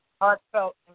Heartfelt